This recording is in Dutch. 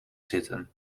zitten